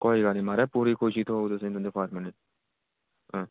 कोई गल्ल नेई माराज पूरी खुशी थ्होग तुसेंगी तुंदे फारनरें गी आ